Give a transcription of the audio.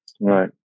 Right